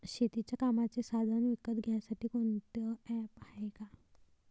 शेतीच्या कामाचे साधनं विकत घ्यासाठी कोनतं ॲप हाये का?